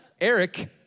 Eric